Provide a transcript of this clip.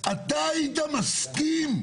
היית מסכים?